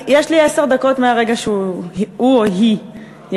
יש לי עשר דקות מהרגע שהוא או היא יגיעו.